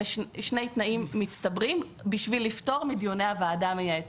אלה שני תנאים מצטברים בשביל לפתור מדיוני הוועדה המייעצת.